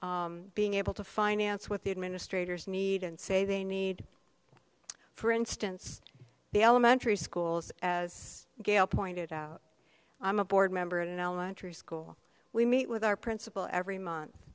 facilitate being able to finance what the administrators need and say they need for instance the elementary schools as gail pointed out i'm a board member at an elementary school we meet with our principal every month